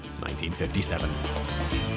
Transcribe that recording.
1957